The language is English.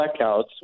blackouts